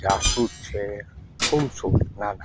જાસુદ છે ફૂલ છોડ નાના મોટા